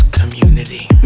community